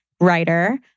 writer